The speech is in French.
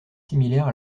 similaire